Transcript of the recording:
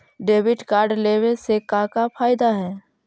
Debit card लेवे से का का फायदा है?